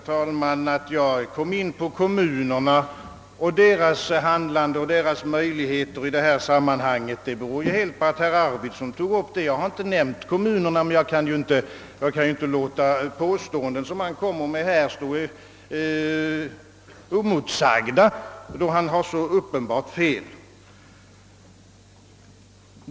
Herr talman! Att jag kom in på frågan om kommunernas handlande och deras möjligheter i detta sammanhang, beror ju helt på att herr Arvidson tog upp det ämnet. Jag har inte nämnt kommunerna, men jag kan ju inte låta påståenden, som han framför här, stå oemotsagda, då han har så uppenbart fel.